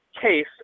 case